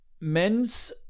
men's